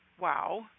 wow